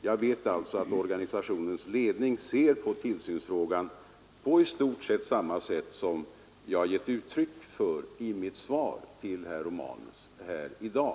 Jag vet alltså att organisationens ledning i det stora hela ser på tillsynsfrågan på samma sätt som jag har gett uttryck för i mitt svar till herr Romanus i dag.